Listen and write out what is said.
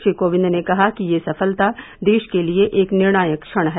श्री कोविंद ने कहा कि यह सफलता देश के लिए एक निर्णायक क्षण है